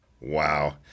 Wow